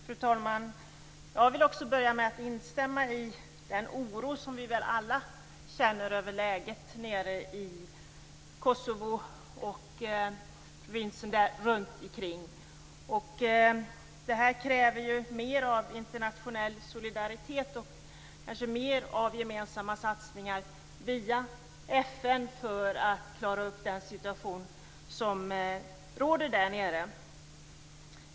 Fru talman! Jag vill också börja med att instämma i den oro som vi väl alla känner över läget nere i Kosovo och provinsen där runtikring. Det här kräver mer av internationell solidaritet och mer av gemensamma satsningar via FN för att klara upp den situation som råder där nere.